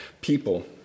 people